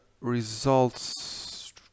results